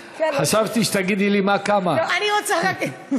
מה רגע?